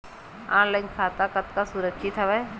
Online खाता कतका सुरक्षित हवय?